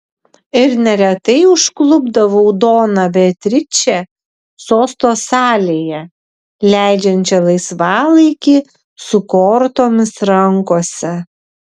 ir neretai užklupdavau doną beatričę sosto salėje leidžiančią laisvalaikį su kortomis rankose